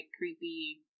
creepy